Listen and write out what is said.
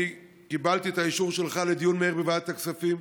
אני קיבלתי את האישור שלך לדיון מהיר בוועדת הכספים.